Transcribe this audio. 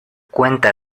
cuenta